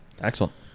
Excellent